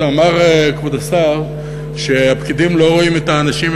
אמר כבוד השר שהפקידים לא רואים את האנשים,